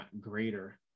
greater